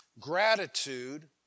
Gratitude